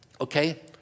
okay